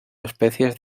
especies